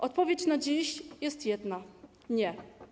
Odpowiedź na dziś jest jedna: nie.